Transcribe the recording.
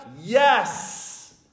Yes